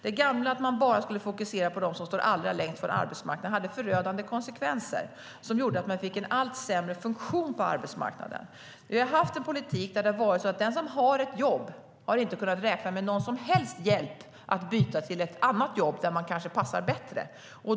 Det gamla - att man bara skulle fokusera på dem som står allra längst från arbetsmarknaden - hade förödande konsekvenser som gjorde att man fick en allt sämre funktion på arbetsmarknaden. Vi har haft en politik där det har varit så att den som har ett jobb inte har kunnat räkna med någon som helst hjälp med att byta till ett annat jobb, där man kanske passar bättre.